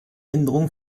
änderungen